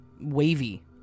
wavy